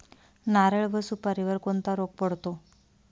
नारळ व सुपारीवर कोणता रोग पडतो?